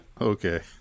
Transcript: Okay